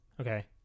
Okay